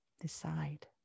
decide